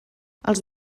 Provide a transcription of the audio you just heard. els